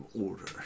order